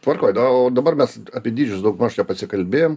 tvarkoj da o dabar mes apie dydžius daugmaž jau pasikalbėjom